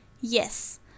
Yes